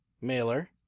mailer